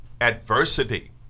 adversity